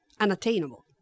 unattainable